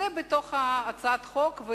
זה בתוך הצעת החוק,